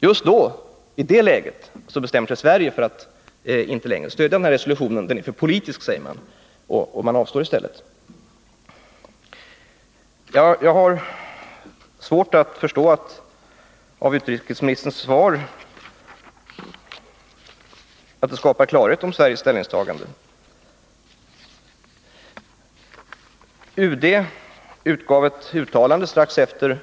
Just i det läget bestämmer sig Sverige för att inte längre stödja resolutionen — den är för politisk, säger man, och avstår i stället. Jag har svårt att förstå att utrikesministerns svar skulle skapa klarhet kring Sveriges ställningstagande. UD gjorde ett uttalande strax efter